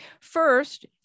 First